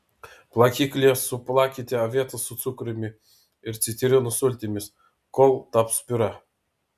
plakiklyje suplakite avietes su cukrumi ir citrinos sultimis kol taps piurė